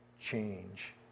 change